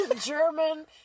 german